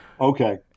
Okay